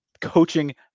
coaching